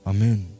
Amen